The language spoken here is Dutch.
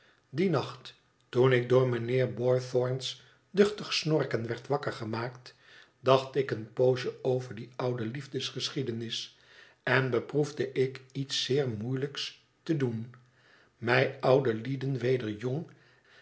dien nacht toen ik door mijnheer boythorn's duchtig snorken werd wakker gemaakt dacht ik een poosje over die oude liefdesgeschiedenis en beproefde ik iets zeer moeiehjks te doen mij oude lieden weder jong